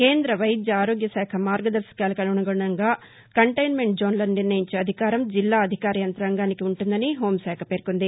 కేంద్ర వైద్యారోగ్యశాఖ మార్గదర్శకాలకు అనుగుణంగా కంటైన్మెంట్ జోస్లను నిర్ణయించే అధికారం జిల్లా అధికార యంతాంగానికి ఉంటుందని హోంశాఖ పేర్కొంది